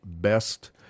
Best